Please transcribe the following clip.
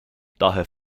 daher